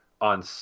on